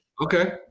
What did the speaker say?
Okay